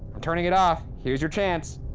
i'm turning it off, here's your chance.